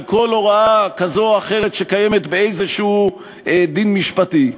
כל הוראה כזו או אחרת שקיימת בדין משפטי כלשהו.